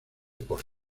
por